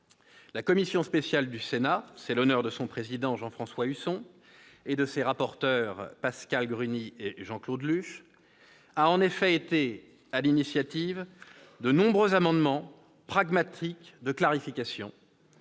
la commission spéciale sénatoriale- c'est l'honneur de son président, Jean-François Husson, et de ses rapporteurs, Pascale Gruny et Jean-Claude Luche -a été à l'initiative de nombreux amendements pragmatiques de clarification,